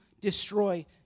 destroy